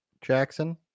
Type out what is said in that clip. Jackson